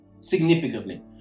significantly